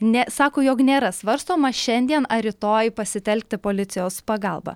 ne sako jog nėra svarstoma šiandien ar rytoj pasitelkti policijos pagalbą